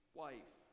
wife